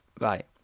Right